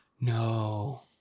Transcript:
No